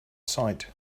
site